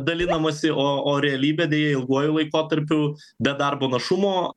dalinamasi o o realybė deja ilguoju laikotarpiu be darbo našumo